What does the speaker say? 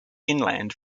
inland